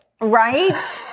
Right